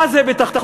מה זה ביטחון?